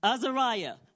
Azariah